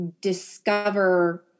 discover